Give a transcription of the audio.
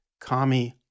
Kami